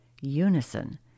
unison